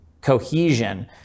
cohesion